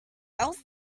else